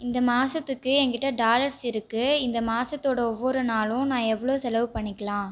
இந்த மாதத்துக்கு என்கிட்டே டாலர்ஸ் இருக்குது இந்த மாதத்தோட ஒவ்வொரு நாளும் நான் எவ்வளவு செலவு பண்ணிக்கலாம்